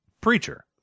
Preacher